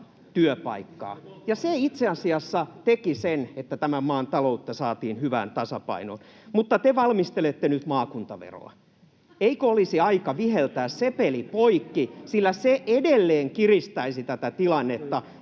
se itse asiassa teki sen, että tämän maan taloutta saatiin hyvään tasapainoon, mutta te valmistelette nyt maakuntaveroa. Eikö olisi aika viheltää se peli poikki, sillä se edelleen kiristäisi tätä tilannetta?